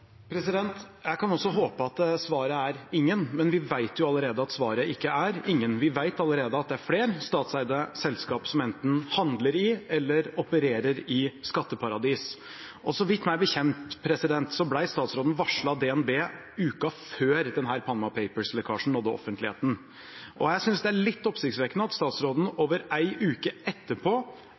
Jeg kan også håpe at svaret er «ingen», men vi vet jo allerede at svaret ikke er «ingen». Vi vet allerede at det er flere statseide selskap som enten handler i eller opererer i skatteparadis. Meg bekjent ble statsråden varslet av DNB uka før denne Panama Papers-lekkasjen nådde offentligheten, og jeg synes det er litt oppsiktsvekkende at statsråden over ei uke etterpå